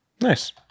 Nice